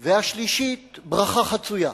והשלישית, ברכה חצויה,